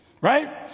right